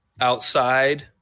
outside